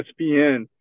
ESPN